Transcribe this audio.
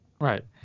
Right